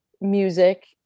music